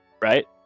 Right